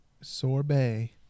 Sorbet